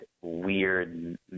weird